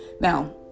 Now